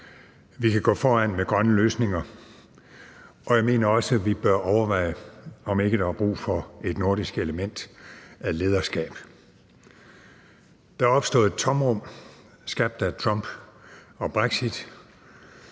vi kan gå foran med grønne løsninger. Og jeg mener også, at vi bør overveje, om ikke der er brug for et nordisk element af lederskab. Der opstod et tomrum skabt af Trump og brexit.